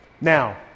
Now